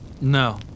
No